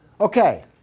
Okay